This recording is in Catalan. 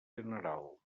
general